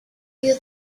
you